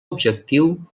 objectiu